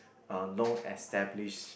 uh long established